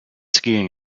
skiing